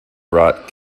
brought